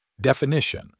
Definition